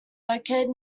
located